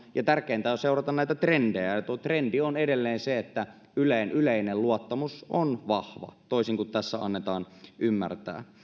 ja tärkeintä on seurata näitä trendejä ja tuo trendi on edelleen se että yleinen luottamus yleen on vahva toisin kuin tässä annetaan ymmärtää